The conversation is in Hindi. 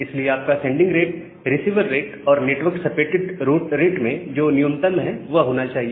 इसलिए आपका सेंडिंग रेट रिसीवर रेट और नेटवर्क सपोर्टेड रेट में जो न्यूनतम है वह होना चाहिए